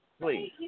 please